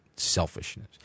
selfishness